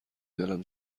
دلم